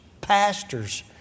pastors